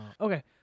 Okay